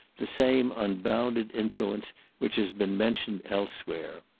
the same unbounded influence which has been mentioned elsewhere.